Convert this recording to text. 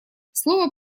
слова